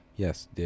Yes